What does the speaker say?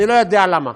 אני לא יודע למה.